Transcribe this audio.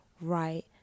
right